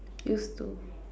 used to